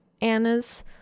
Anna's